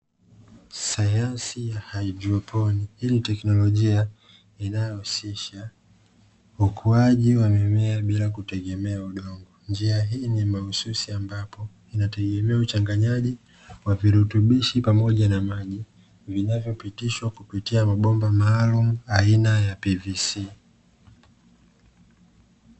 Sayansi ya haidroponi, hii ni teknolojia inayohusisha ukuaji wa mimea bila kutegemea udongo, njia hii ni mahususi ambapo inategemea uchanganyaji wa virutubishi pamoja na maji vinavyopitishwa kupitia mabomba maalumu aina ya PVC.